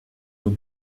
nur